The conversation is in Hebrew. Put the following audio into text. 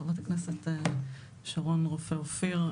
חברת הכנסת שרון רופא אופיר.